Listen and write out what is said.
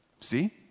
See